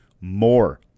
more